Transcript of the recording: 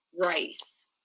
rice